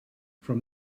from